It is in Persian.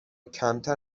کمتر